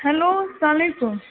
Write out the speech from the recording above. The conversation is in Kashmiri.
ہیٚلو سلام علیکُم